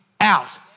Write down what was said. out